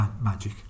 magic